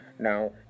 Now